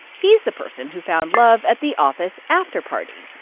he's the person who found love at the office after-party.